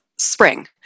Spring